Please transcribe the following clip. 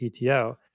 PTO